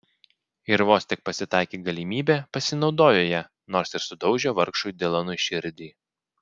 ir vos tik pasitaikė galimybė pasinaudojo ja nors ir sudaužė vargšui dilanui širdį